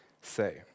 say